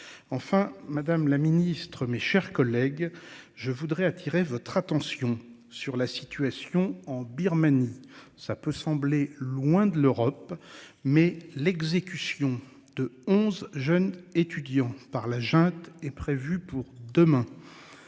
Enfin Madame la Ministre, mes chers collègues, je voudrais attirer votre attention sur la situation en Birmanie. Ça peut sembler loin de l'Europe mais l'exécution de 11 jeunes étudiants par la junte est prévue pour demain.